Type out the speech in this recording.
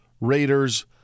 Raiders